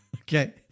Okay